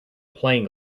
playing